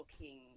looking